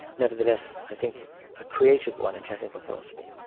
nevertheless i think a creative one, in technical philosophy.